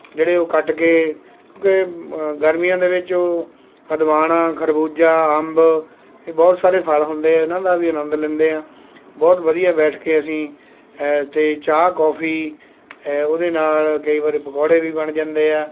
ਜਿਹੜੇ ਉਹ ਕੱਟ ਕੇ ਗਰਮੀਆਂ ਦੇ ਵਿੱਚ ਉਹ ਹਦਵਾਣਾ ਖਰਬੂਜ਼ਾ ਅੰਬ ਇਹ ਬਹੁਤ ਸਾਰੇ ਫ਼ਲ ਹੁੰਦੇ ਆ ਇਹਨਾਂ ਦਾ ਵੀ ਆਨੰਦ ਲੈਂਦੇ ਆ ਬਹੁਤ ਵਧੀਆ ਬੈਠ ਕੇ ਅਸੀਂ ਅਤੇ ਚਾਹ ਕੌਫ਼ੀ ਹੈ ਉਹਦੇ ਨਾਲ ਕਈ ਵਾਰੀ ਪਕੌੜੇ ਵੀ ਬਣ ਜਾਂਦੇ ਆ